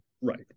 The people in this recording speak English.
Right